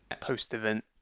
Post-event